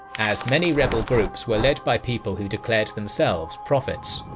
as many rebel groups were led by people who declared themselves prophets.